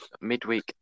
midweek